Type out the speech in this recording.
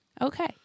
Okay